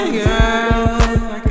girl